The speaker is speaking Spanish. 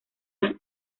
las